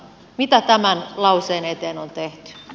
mitä tämän lauseen eteen on tehty